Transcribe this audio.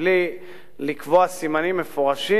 בלי לקבוע סימנים מפורשים,